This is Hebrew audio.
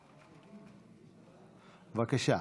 בבקשה.